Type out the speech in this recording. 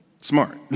Smart